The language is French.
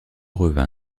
revient